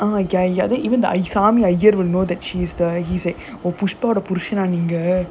ah ya ya ya they even the will know that she's the he's like oh pushpa வோட புருஷன்:voda purushan